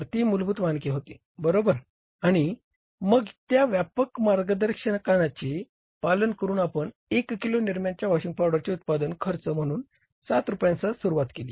तर ती मूलभूत मानके होती बरोबर आणि मग त्या व्यापक मार्गदर्शकाचे पालन करून आपण 1 किलो निरमाच्या वॉशिंग पावडरचे उत्पादन खर्च म्हणून 7 रूपयांसह सुरुवात केली